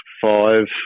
five